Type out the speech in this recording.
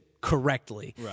correctly